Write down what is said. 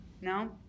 No